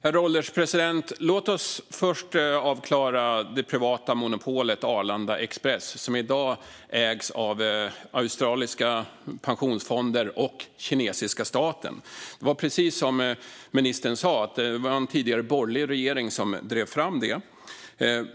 Herr ålderspresident! Låt oss först avklara det privata monopolet Arlanda Express, som i dag ägs av australiska pensionsfonder och av den kinesiska staten. Precis som ministern sa var det en tidigare borgerlig regering som drev fram detta.